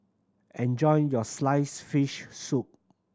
enjoy your sliced fish soup